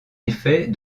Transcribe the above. effet